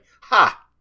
Ha